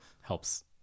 helps –